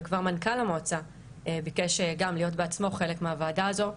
וכבר מנכ"ל המועצה ביקש גם להיות בעצמו חלק מהוועדה הזו.